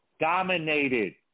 dominated